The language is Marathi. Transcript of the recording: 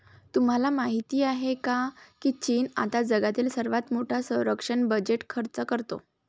तुम्हाला माहिती आहे का की चीन आता जगातील सर्वात मोठा संरक्षण बजेट खर्च करतो?